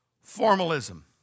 formalism